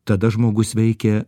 tada žmogus veikia